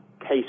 case